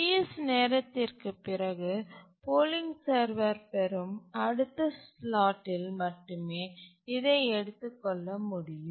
Ps நேரத்திற்குப் பிறகு polling server பெறும் அடுத்த ஸ்லாட்டில் மட்டுமே இதை எடுத்துக்கொள்ள முடியும்